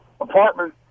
apartment